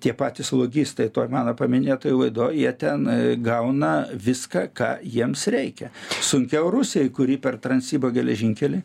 tie patys logistai toj mano paminėtoj laidoj jie ten gauna viską ką jiems reikia sunkiau rusijai kuri per transibo geležinkelį